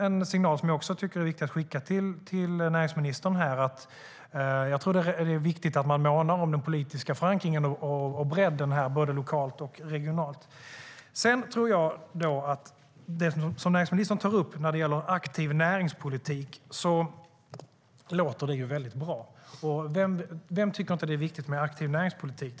En signal som jag också tycker är viktig att skicka till näringsministern är att det är viktigt att måna om den politiska förankringen och bredden både lokalt och regionalt. När näringsministern tar upp den aktiva näringspolitiken låter det väldigt bra. Vem tycker inte att det är viktigt med aktiv näringspolitik?